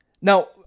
Now